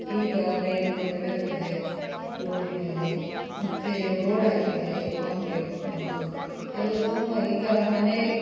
ಈಗ ಲೈಟಿನ ಬೆಳಕಿದೆ ರೋಡಿನಲ್ಲಿ ಮತ್ತೆ ರೋಡಾಗಿದೆ ಕಾಂಗ್ರೇಟ್ನದ್ದು ಎಲ್ಲ ತುಂಬ ಈಗ ಮನೆ